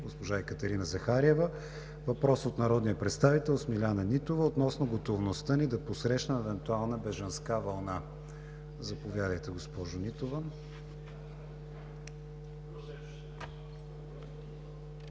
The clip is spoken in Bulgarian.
госпожа Екатерина Захариева. Въпрос от народния представител Смиляна Нитова относно готовността ни да посрещнем евентуална бежанска вълна. Заповядайте, госпожо Нитова. СМИЛЯНА